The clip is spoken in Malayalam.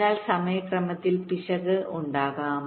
അതിനാൽ സമയക്രമത്തിൽ പിശക് ഉണ്ടാകാം